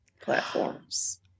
platforms